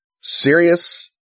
serious